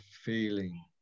feeling